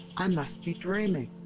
i must be dreaming.